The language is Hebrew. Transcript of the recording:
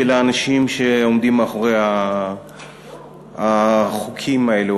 האנשים שעומדים מאחורי החוקים האלה,